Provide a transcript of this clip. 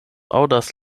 aŭdas